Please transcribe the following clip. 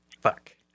Fuck